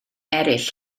eraill